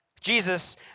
Jesus